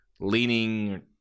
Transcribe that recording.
leaning